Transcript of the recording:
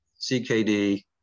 CKD